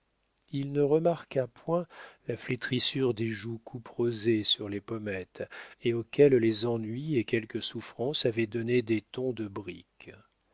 il ne remarqua point la flétrissure des joues couperosées sur les pommettes et auxquelles les ennuis et quelques souffrances avaient donné des tons de brique